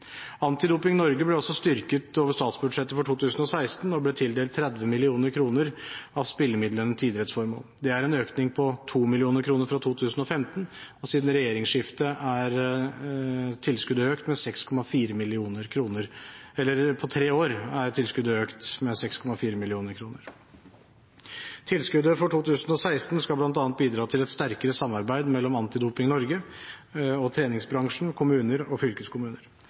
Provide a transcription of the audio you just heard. Antidoping Norge ble styrket over statsbudsjettet for 2016 og ble tildelt 30 mill. kr av spillemidlene til idrettsformål. Dette er en øking på 2 mill. kr fra 2015. På tre år er tilskuddet økt med 6,4 mill. kr. Tilskuddet for 2016 skal bl.a. bidra til et sterkere samarbeid mellom Antidoping Norge og treningssenterbransjen, kommuner og fylkeskommuner.